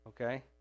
Okay